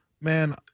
man